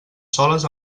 soles